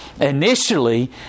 initially